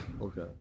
Okay